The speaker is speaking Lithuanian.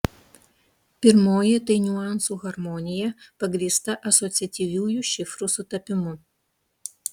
pirmoji tai niuansų harmonija pagrįsta asociatyviųjų šifrų sutapimu